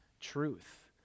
truth